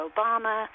Obama